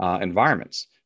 environments